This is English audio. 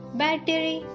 battery